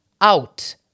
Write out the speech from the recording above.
out